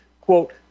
Quote